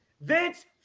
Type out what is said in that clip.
Vince